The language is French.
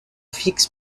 fixes